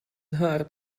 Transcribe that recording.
heart